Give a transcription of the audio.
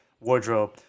wardrobe